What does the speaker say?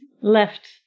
left